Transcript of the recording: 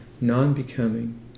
non-becoming